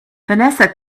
vanessa